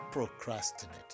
Procrastinate